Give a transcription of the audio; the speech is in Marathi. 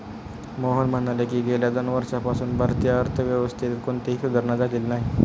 मोहन म्हणाले की, गेल्या दोन वर्षांपासून भारतीय अर्थव्यवस्थेत कोणतीही सुधारणा झालेली नाही